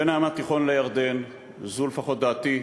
בין הים התיכון לירדן, זו לפחות דעתי,